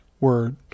word